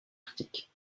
arctique